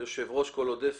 ליושב ראש קול עודף